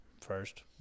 First